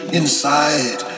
inside